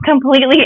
completely